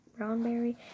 Brownberry